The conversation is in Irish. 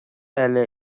eile